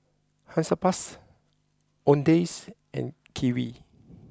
Hansaplast Owndays and Kiwi